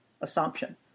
assumption